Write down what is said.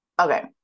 okay